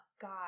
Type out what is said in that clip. God